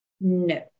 No